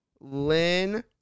Lynn